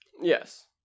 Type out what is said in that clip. Yes